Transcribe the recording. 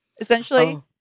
essentially